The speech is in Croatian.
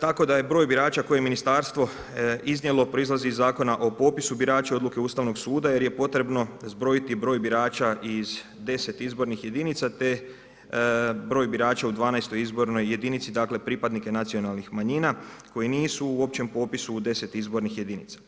tako da je broj birača koje je Ministarstvo iznijelo proizlazi iz Zakona o popisu birača, Odluke Ustavnog suda jer je potrebno zbrojiti broj birača iz 10 izbornih jedinica te broj birača u 12. izbornoj jedinici, dakle, pripadnike nacionalnih manjina koje nisu u općem potpisu u 10 izbornih jedinica.